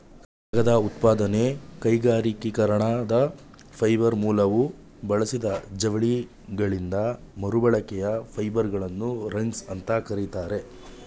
ಕಾಗದ ಉತ್ಪಾದನೆ ಕೈಗಾರಿಕೀಕರಣದ ಫೈಬರ್ ಮೂಲವು ಬಳಸಿದ ಜವಳಿಗಳಿಂದ ಮರುಬಳಕೆಯ ಫೈಬರ್ಗಳನ್ನು ರಾಗ್ಸ್ ಅಂತ ಕರೀತಾರೆ